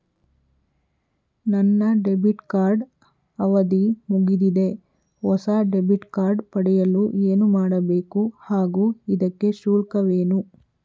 ನನ್ನ debit card ಅವಧಿ ಮುಗಿದಿದೆ ಹೊಸ ಡೆಬಿಟ್ ಕಾರ್ಡ್ ಪಡೆಯಲು ಏನು ಮಾಡಬೇಕು ಹಾಗೂ ಇದಕ್ಕೆ ಶುಲ್ಕವೇನು?